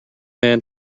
man